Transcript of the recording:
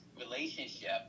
relationship